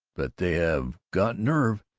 but they have got nerve.